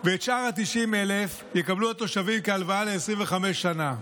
ואת שאר ה-90,000 יקבלו התושבים כהלוואה ל-25 שנה.